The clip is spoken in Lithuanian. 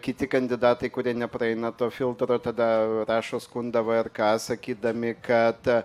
kiti kandidatai kurie nepraeina to filtro tada rašo skundą vrk sakydami kad